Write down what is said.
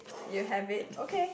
you have it okay